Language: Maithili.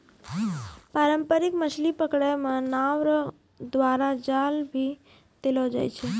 पारंपरिक मछली पकड़ै मे नांव रो द्वारा जाल भी देलो जाय छै